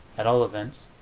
at all events,